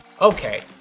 Okay